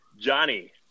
Johnny